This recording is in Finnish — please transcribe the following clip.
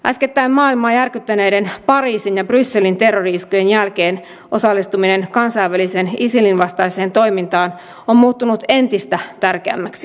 äskettäin maailmaa järkyttäneiden pariisin ja brysselin terrori iskujen jälkeen osallistuminen kansainväliseen isilin vastaiseen toimintaan on muuttunut entistä tärkeämmäksi